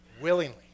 willingly